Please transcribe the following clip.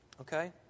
Okay